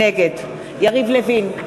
נגד יריב לוין,